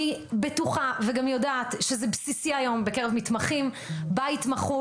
אני בטוחה וגם יודעת שזה בסיסי היום בקרב מתמחים בהתמחות.